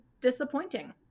disappointing